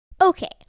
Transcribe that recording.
Okay